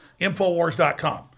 Infowars.com